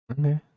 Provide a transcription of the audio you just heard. Okay